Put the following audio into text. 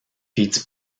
feeds